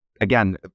again